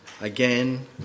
again